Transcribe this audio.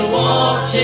walk